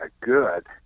good